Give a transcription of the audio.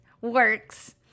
works